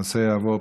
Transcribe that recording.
הנושא יעבור,